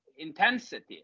intensity